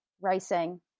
racing